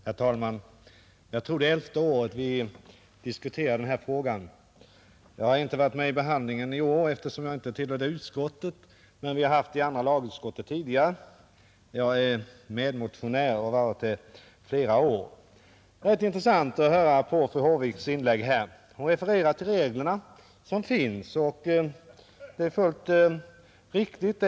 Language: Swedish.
Herr talman! Jag tror det är elfte året som vi diskuterar denna fråga. Jag har inte varit med vid utskottsbehandlingen i år, eftersom jag inte tillhör socialförsäkringsutskottet, men vi har tidigare haft denna fråga uppe i andra lagutskottet. Jag är emellertid medmotionär och har varit det i flera år. Det var intressant att höra fru Håviks inlägg. Hon refererar till de regler som finns, och det hon säger är fullt riktigt.